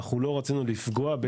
אנחנו לא רצינו לפגוע,